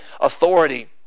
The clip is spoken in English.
authority